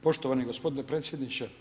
Poštovani gospodine predsjedniče.